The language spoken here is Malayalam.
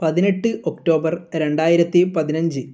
പതിനെട്ട് ഒക്ടോബർ രണ്ടായിരത്തി പതിനഞ്ച്